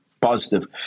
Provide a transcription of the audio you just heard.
positive